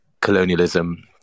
colonialism